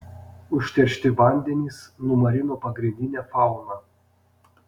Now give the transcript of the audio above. užteršti vandenys numarino pagrindinę fauną